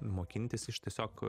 mokintis iš tiesiog